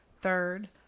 Third